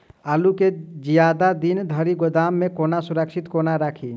आलु केँ जियादा दिन धरि गोदाम मे कोना सुरक्षित कोना राखि?